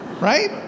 right